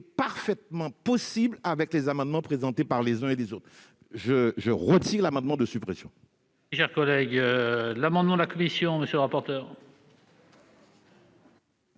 parfaitement compatible avec les amendements présentés par les uns et par les autres. Je retire cet amendement de suppression.